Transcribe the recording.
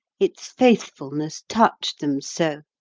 its faithfulness touched them so.